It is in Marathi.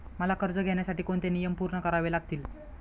मला कर्ज घेण्यासाठी कोणते नियम पूर्ण करावे लागतील?